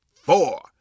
four